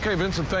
kind of vincent,